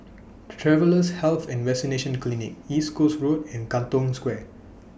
Travellers' Health and Vaccination Clinic East Coast Road and Katong Square